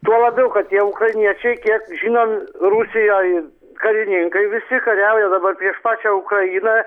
tuo labiau kad tie ukrainiečiai kiek žinom rusijoj karininkai visi kariauja dabar prieš pačią ukrainą